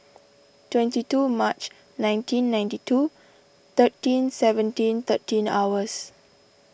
twenty two March nineteen ninety two thirteen seventeen thirteen hours